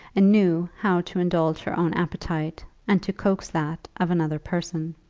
and knew how to indulge her own appetite, and to coax that of another person.